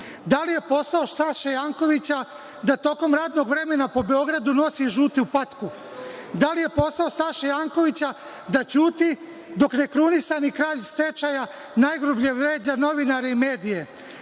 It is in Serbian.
li je posao Saše Jankovića da tokom radnog vremena po Beogradu nosi žutu patku? Da li je posao Saše Jankovića da ćuti dok nekrunisani kralj stečaja najgrublje vređa novinare i medije?